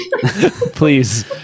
please